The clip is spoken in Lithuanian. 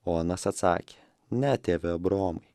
o anas atsakė ne tėve abraomai